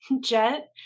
jet